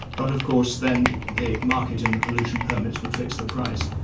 but of course then the market in the pollution permits would fix the price.